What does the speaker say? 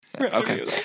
Okay